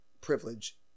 Privilege